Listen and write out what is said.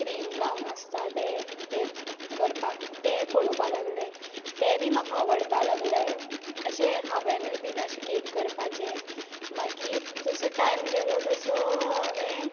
cream लावन आसता ते ते करपाक ते पळोवपा लागलें ते बी म्हाका आवडपा लागले अशे हांवेंनूय बीन अशे कॅक करपाचे मागीर जसो टायम गेलो तसो हांवें